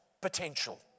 potential